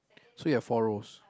so you have four rows